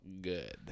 good